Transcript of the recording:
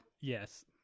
Yes